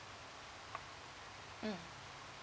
mm